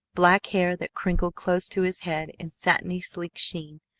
black hair that crinkled close to his head in satiny sleek sheen,